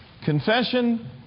Confession